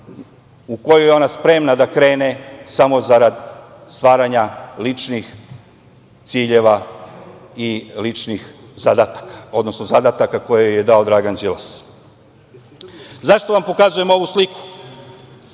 u koju je ona spremna da krene samo zarad stvaranja ličnih ciljeva i ličnih zadataka, odnosno zadataka koje joj je dao Dragan Đilas.Zašto vam pokazujem ovu sliku?